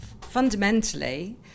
fundamentally